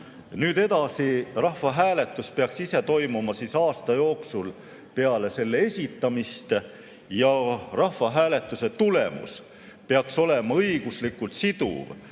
Nüüd, edasi. Rahvahääletus peaks ise toimuma aasta jooksul peale selle esitamist ja rahvahääletuse tulemus peaks olema õiguslikult siduv